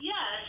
Yes